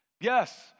Yes